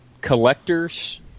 collectors